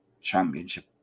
championship